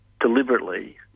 deliberately